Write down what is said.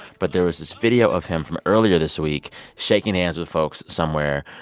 but there was this video of him from earlier this week shaking hands with folks somewhere.